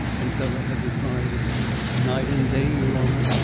and bela had replied night and day, your honour.